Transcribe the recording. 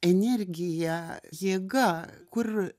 energija jėga kur